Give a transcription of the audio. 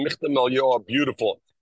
beautiful